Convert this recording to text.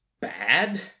bad